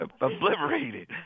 obliterated